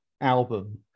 album